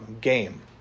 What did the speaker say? game